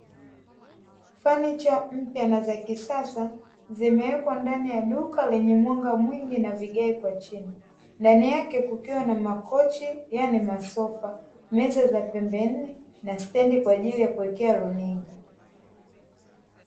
Fanicha mpya na za kisasa, zimewekwa ndani ya duka lenye mwanga mwingi na vigae kwa chini, ndani yake kukiwa na makochi, yaani masofa, meza za pembeni nne, na stendi kwa ajili ya kuwekea runinga.